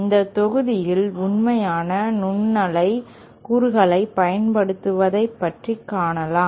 இந்த தொகுதியில் உண்மையான நுண்ணலை கூறுகளைப் பயன்படுத்துவதை பற்றி காணலாம்